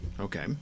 Okay